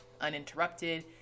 uninterrupted